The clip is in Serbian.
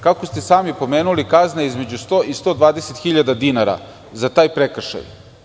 Kako ste sami pomenuli, kazna je između 100.000 i 120.000 dinara za taj prekršaj.